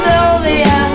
Sylvia